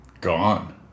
gone